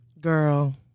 Girl